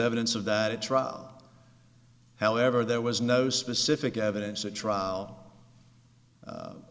evidence of that at trial however there was no specific evidence at trial